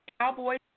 Cowboys